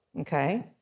okay